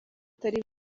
atari